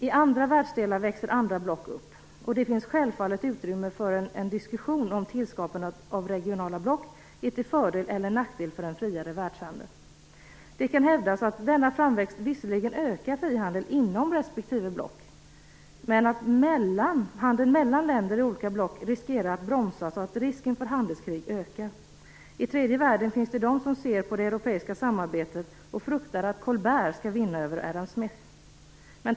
I andra världsdelar växer andra block upp, och det finns självfallet utrymme för en diskussion om huruvida tillskapandet av regionala block är till fördel eller till nackdel för en friare världshandel. Det kan hävdas att denna framväxt visserligen ökar frihandeln inom respektive block, men att handeln mellan länder i olika block riskerar att bromsas och att risken för handelskrig ökar. I tredje världen finns de som ser på det europeiska samarbetet och fruktar att Colbert skall vinna över Adam Smith.